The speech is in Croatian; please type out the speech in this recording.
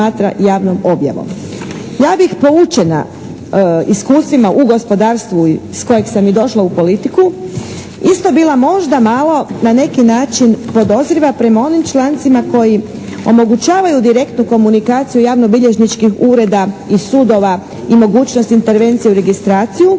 Ja bih poučena iskustvima u gospodarstvu iz kojega sam i došla u politiku isto bila možda malo na neki način podozriva prema onim člancima koji omogućavaju direktnu komunikaciju javno bilježničkih ureda i sudova i mogućnosti intervencije u registraciju